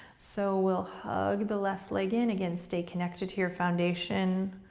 so we'll hug the left leg in. again, stay connected to your foundation.